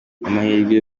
amahirwe